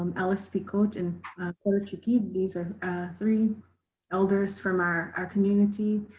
um alice picote, and cora chiki. these are three elders from our our community.